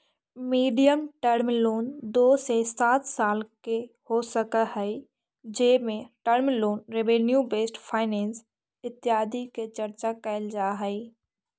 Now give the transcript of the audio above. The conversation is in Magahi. मीडियम टर्म लोन दो से सात साल के हो सकऽ हई जेमें term loan revenue based finance इत्यादि के चर्चा कैल जा हई